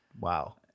Wow